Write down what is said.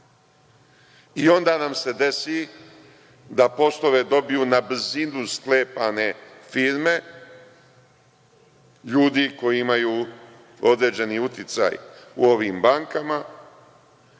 i onda nam se desi da poslove dobiju na brzinu sklepane firme, ljudi koji imaju određeni uticaj u ovim bankama,